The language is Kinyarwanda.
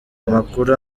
amakuru